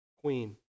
queen